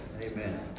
Amen